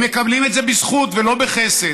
הם מקבלים את זה בזכות ולא בחסד.